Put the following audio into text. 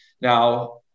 Now